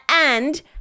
and-